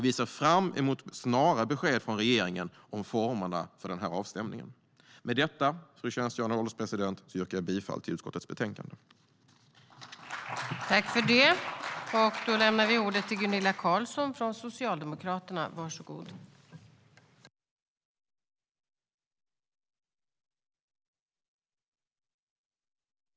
Vi ser fram emot snara besked från regeringen om formerna för den avstämningen.